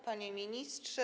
Panie Ministrze!